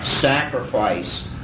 sacrifice